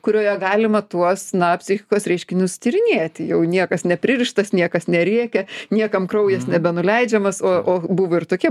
kurioje galima tuos na psichikos reiškinius tyrinėti jau niekas nepririštas niekas nerėkia niekam kraujas nebenuleidžemas o o buvo ir tokie